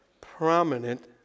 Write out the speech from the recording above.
prominent